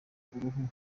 uruhu